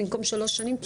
במקום שלוש שנים,